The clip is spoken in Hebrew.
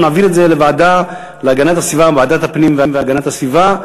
אנחנו נעביר את זה לוועדת הפנים והגנת הסביבה.